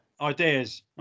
ideas